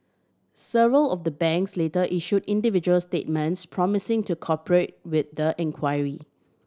several of the banks later issued individual statements promising to cooperate with the inquiry